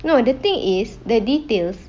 no the thing is the details